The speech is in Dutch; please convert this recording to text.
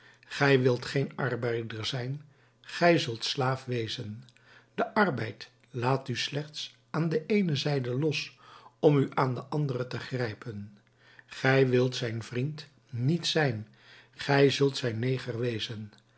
gij wilt geen arbeider zijn gij zult slaaf wezen de arbeid laat u slechts aan de eene zijde los om u aan de andere te grijpen gij wilt zijn vriend niet zijn gij zult zijn neger wezen